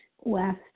west